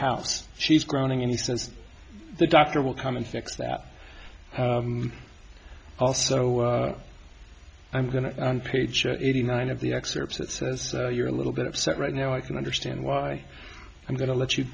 house she's groaning and he says the doctor will come and fix that also i'm going to on page eighty nine of the excerpts that says you're a little bit upset right now i can understand why i'm going to let you